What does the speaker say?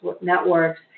Networks